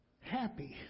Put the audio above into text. happy